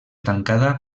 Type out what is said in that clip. tancada